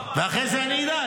לא --- אחרי זה אדע,